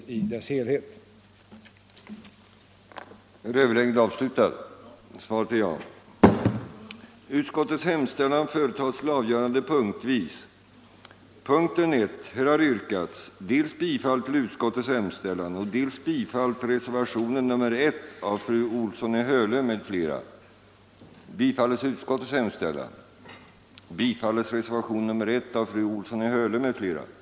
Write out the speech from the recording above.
den det ej vill röstar nej.